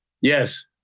Yes